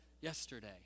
yesterday